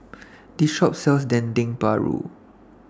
This Shop sells Dendeng Paru